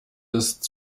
ist